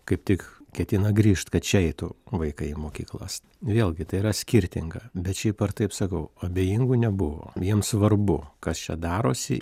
kaip tik ketina grįžt kad čia eitų vaikai į mokyklas vėlgi tai yra skirtinga bet šiaip ar taip sakau abejingų nebuvo jiems svarbu kas čia darosi